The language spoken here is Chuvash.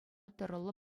тӑрӑллӑ